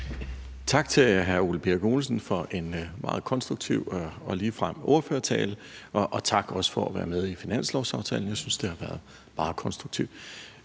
Tak til hr. Ole Birk Olesen for en meget konstruktiv og ligefrem ordførertale. Og tak også for at være med i finanslovsaftalen; jeg synes, det har været meget konstruktivt.